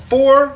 Four